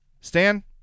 Stan